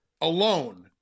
alone